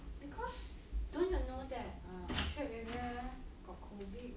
because don't you know that err orchard area got COVID